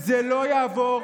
זה לא יעבור.